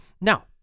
Now